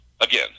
Again